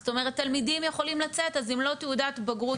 זאת אומרת תלמידים יכולים לצאת אז אם לא תעודת בגרות,